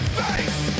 face